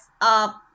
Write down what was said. up